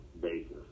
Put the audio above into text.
basis